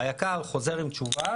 היק"ר חוזר עם תשובה